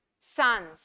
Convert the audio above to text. sons